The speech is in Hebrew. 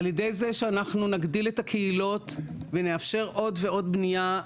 על ידי זה שאנחנו נגדיל את הקהילות ונאפשר עוד ועוד בנייה,